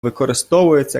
використовується